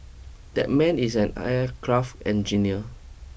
that man is an aircraft engineer